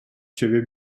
ciebie